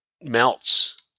melts